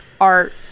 art